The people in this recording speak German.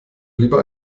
lieber